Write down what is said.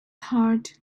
heart